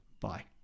Bye